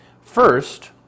First